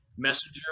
Messenger